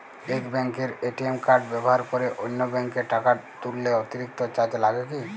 এক ব্যাঙ্কের ATM card ব্যবহার করে অন্য ব্যঙ্কে টাকা তুললে অতিরিক্ত চার্জ লাগে কি?